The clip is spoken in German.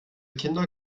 kinder